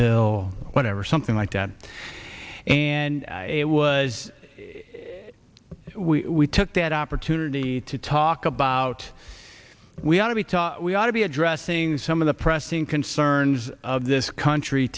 bill whenever something like that and it was we took that opportunity to talk about we ought to be taught we ought to be addressing some of the pressing concerns of this country